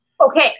Okay